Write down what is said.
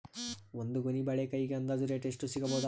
ಒಂದ್ ಗೊನಿ ಬಾಳೆಕಾಯಿಗ ಅಂದಾಜ ರೇಟ್ ಎಷ್ಟು ಸಿಗಬೋದ?